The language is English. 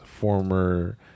former